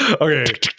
okay